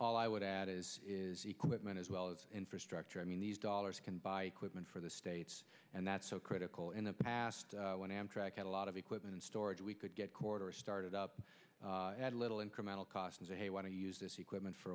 all i would add is is equipment as well as infrastructure i mean these dollars can buy equipment for the states and that's so critical in the past when amtrak had a lot of equipment in storage we could get quarter started up had little incremental cost as a want to use this equipment for